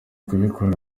kubikora